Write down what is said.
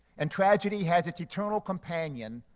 and tragedy has its eternal companion,